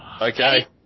Okay